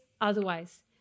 otherwise